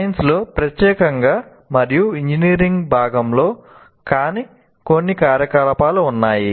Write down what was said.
సైన్స్లో ప్రత్యేకంగా మరియు ఇంజనీరింగ్లో భాగం కాని కొన్ని కార్యకలాపాలు ఉన్నాయి